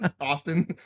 austin